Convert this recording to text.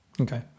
Okay